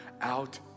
out